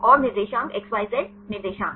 और निर्देशांक xyz निर्देशांक